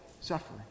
suffering